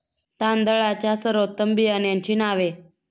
तांदळाच्या सर्वोत्तम बियाण्यांची नावे?